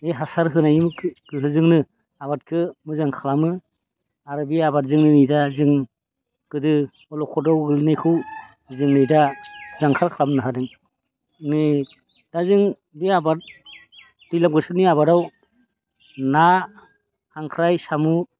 बे हासार होनायनि गोहोजोंनो आबादखौ मोजां खालामो आरो बे आबादजोंनो नै दा जों गोदो अलखदाव गोग्लैनायखौ जों नै दा जानखार खालामनो हादों नै दा जों बे आबाद दैज्लां बोथोरनि आबादाव ना खांख्राइ साम'